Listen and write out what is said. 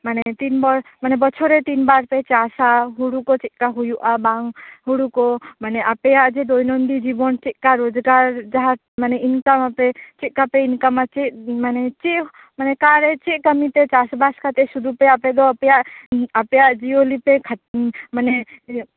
ᱢᱟᱱᱮ ᱛᱤᱱ ᱵᱷᱳᱨ ᱢᱟᱱᱮ ᱵᱚᱪᱷᱚᱨ ᱨᱮ ᱛᱤᱱ ᱵᱟᱨ ᱯᱮ ᱪᱟᱥᱟ ᱦᱩᱲᱩ ᱠᱚ ᱪᱮᱫᱞᱮᱠᱟ ᱦᱩᱭᱩᱜᱼᱟ ᱵᱟᱝ ᱦᱩᱲᱩᱠᱚ ᱢᱟᱱᱮ ᱟᱯᱮᱭᱟᱜ ᱡᱮ ᱫᱳᱭᱱᱳᱱᱫᱤ ᱡᱤᱵᱚᱱ ᱪᱮᱫᱞᱮᱠᱟ ᱨᱚᱡᱽᱜᱟᱨ ᱡᱟᱦᱟᱸ ᱢᱟᱱᱮ ᱤᱱᱠᱟᱢᱟᱯᱮ ᱪᱮᱫᱞᱮᱠᱟᱯᱮ ᱤᱱᱠᱟᱢᱟ ᱪᱮᱫ ᱢᱟᱱᱮ ᱪᱮᱫ ᱢᱟᱱᱮ ᱚᱠᱟᱨᱮ ᱪᱮᱫ ᱠᱟᱹᱢᱤᱛᱮ ᱪᱟᱥᱵᱟᱥ ᱠᱟᱛᱮ ᱥᱩᱫᱩ ᱟᱯᱮ ᱫᱚ ᱟᱯᱮᱭᱟᱜ ᱩᱸ ᱟᱯᱮᱭᱟᱜ ᱡᱤᱭᱚᱱ ᱯᱮ ᱩᱸ ᱢᱟᱱᱮ ᱮᱸ